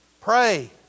pray